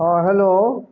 ହଁ ହ୍ୟାଲୋ